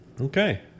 Okay